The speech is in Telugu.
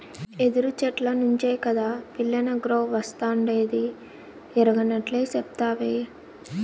యెదురు చెట్ల నుంచే కాదా పిల్లనగ్రోవస్తాండాది ఎరగనట్లే సెప్తావే